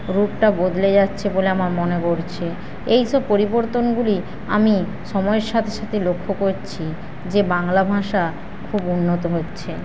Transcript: রূপটা বদলে যাচ্ছে বলে আমার মনে হচ্ছে এইসব পরিবর্তনগুলি আমি সময়ের সাথে সাথে লক্ষ করছি যে বাংলা ভাষা খুব উন্নত হচ্ছে